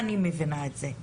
מבינה